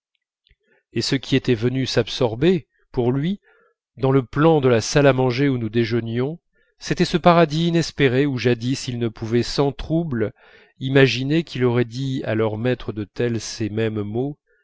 et ce qui était venu s'absorber pour lui dans le plan de la salle à manger où nous déjeunions c'était ce paradis inespéré où jadis il ne pouvait sans trouble imaginer qu'il aurait dit à leur maître d'hôtel ces mêmes mots